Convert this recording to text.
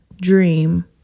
dream